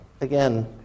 Again